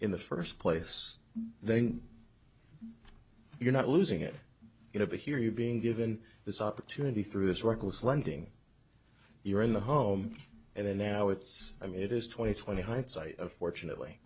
in the first place then you're not losing it you know but here you are being given this opportunity through this reckless lending you're in the home and then now it's i mean it is twenty twenty hindsight fortunately